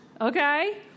Okay